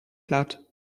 platt